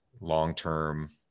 long-term